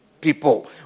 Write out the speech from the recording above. people